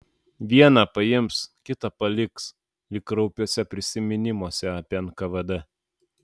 vieną paims kitą paliks lyg kraupiuose prisiminimuose apie nkvd